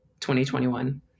2021